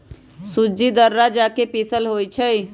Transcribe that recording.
सूज़्ज़ी दर्रा जका पिसल होइ छइ